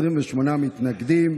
28 מתנגדים,